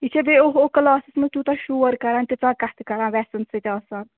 یہِ چھِ بیٚیہِ اوٚہ اوٚہ کَلاسَس منٛز تیٛوٗتاہ شور کران تیٖژاہ کَتھٕ کران وٮ۪سَن سۭتۍ آسان